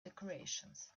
decorations